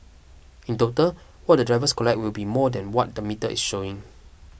in total what the drivers collect will be more than what the metre is showing